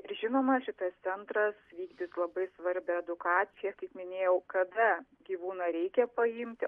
ir žinoma šitas centras vykdys labai svarbią edukaciją kaip minėjau kada gyvūną reikia paimti